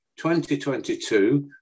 2022